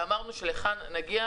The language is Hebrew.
ואמרנו שנגיע,